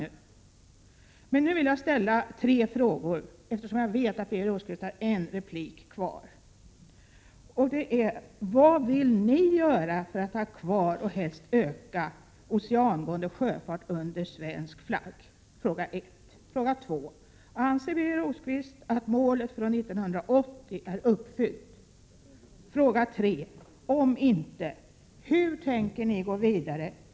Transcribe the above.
Nu vill jag ställa tre frågor, eftersom jag vet att Birger Rosqvist har en replikmöjlighet kvar. Vad vill ni göra för att ha kvar och helst öka oceangående sjöfart under svensk flagg? Anser Birger Rosqvist att målet för 1980 är uppfyllt? Om inte, hur tänker ni gå vidare?